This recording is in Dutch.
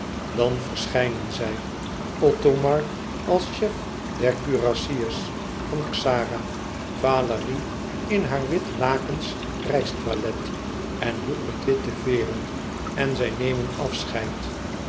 dan verschijnen zij othomar als chef der kurassiers van xara valérie in haar wit lakensch reistoilet en hoed met witte veêren en zij nemen afscheid